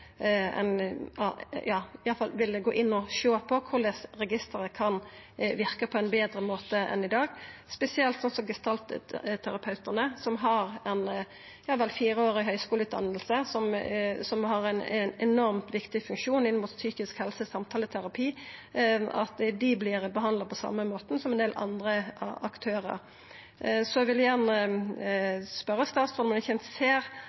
sjå på korleis registeret kan verka på ein betre måte enn i dag, spesielt for gestaltterapeutane, som har ei fireårig høgskuleutdanning, og som har ein enormt viktig funksjon inn mot psykisk helse og samtaleterapi, at dei vert behandla på den same måten som ein del andre aktørar. Så eg vil gjerne spørja statsråden om ein ikkje ser